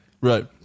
Right